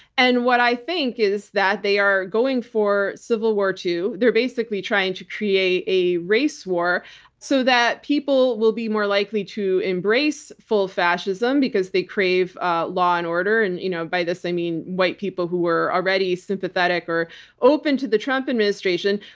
and what i think is that they are going for civil war ii. they're basically trying to create a race war so that people will be more likely to embrace full fascism because they crave law and order. and you know by this i mean white people who were already sympathetic or open to the trump administration,